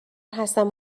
هستم